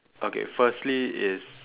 okay firstly is